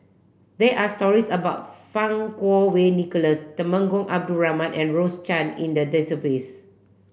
there are stories about Fang Kuo Wei Nicholas Temenggong Abdul Rahman and Rose Chan in the database